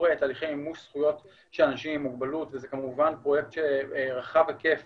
תהליכי מימוש זכויות של אנשים עם מוגבלות וזה כמובן פרויקט רחב היקף